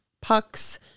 pucks